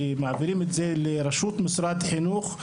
שמעבירים את זה לראשות משרד החינוך,